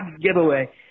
giveaway